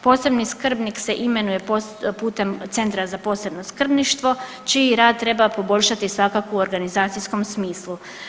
Posebni skrbnik se imenuje putem centra za posebno skrbništvo, čiji rad treba poboljšati svakako u organizacijskom smislu.